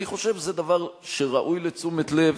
אני חושב שזה דבר שראוי לתשומת לב.